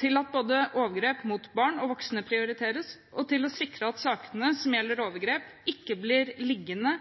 til at både overgrep mot barn og voksne prioriteres, og til å sikre at sakene som gjelder overgrep, ikke blir liggende